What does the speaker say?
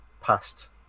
past